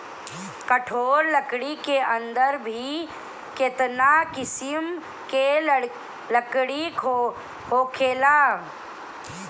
कठोर लकड़ी के अंदर भी केतना किसिम के लकड़ी होखेला